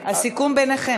והסיכום ביניכם.